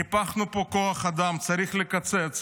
ניפחנו פה כוח אדם, צריך לקצץ.